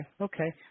okay